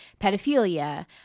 pedophilia